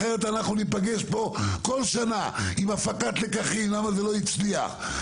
אחרת אנחנו ניפגש פה בכל שנה עם הפקת לקחים למה זה לא הצליח.